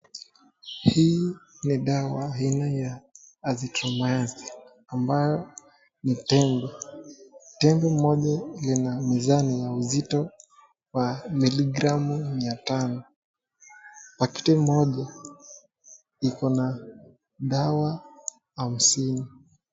Hii ni dawa aina ya azitramahovia ambayo ni Tengo tengo moja zona mizani wa uzito wa miligramu mia Tano pakiti moja hiko na dawa hamsini.